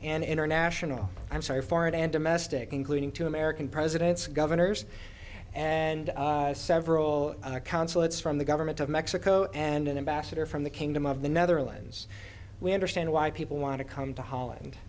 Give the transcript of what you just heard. and international i'm sorry foreign and domestic including two american presidents governors and several consulates from the government of mexico and an ambassador from the kingdom of the netherlands we understand why people want to come to holland